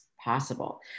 possible